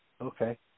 Okay